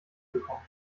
bekommen